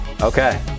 okay